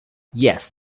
yes